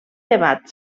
debat